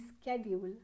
schedule